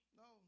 no